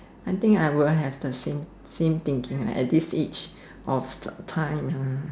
I think I will have the same same thinking at this age of time ah